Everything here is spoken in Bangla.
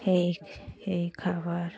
এই এই খাবার